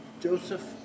Joseph